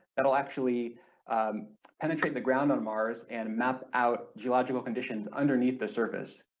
it will actually penetrate the ground on mars and map out geological conditions underneath the surface.